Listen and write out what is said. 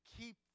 keep